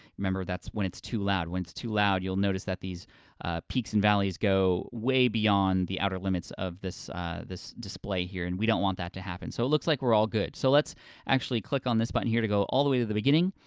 remember that's when it's too loud, when it's too loud, you'll notice that these peaks and valleys go way beyond the outer limits of this this display here, and we don't want that to happen. so it looks like we're all good. so let's actually click on this button here to go all the way to the beginning,